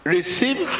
Receive